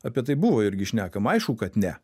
apie tai buvo irgi šnekama aišku kad ne